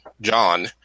John